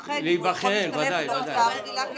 להיבחן אם הוא יכול להשתלב בהסעה רגילה,